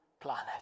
planet